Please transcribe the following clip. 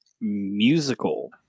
musical